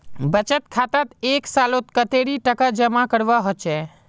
बचत खातात एक सालोत कतेरी टका जमा करवा होचए?